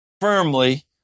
firmly